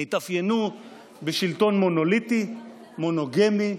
הן התאפיינו בשלטון מונוליטי, מונוגמי,